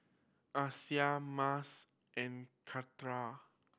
Aisyah Mas and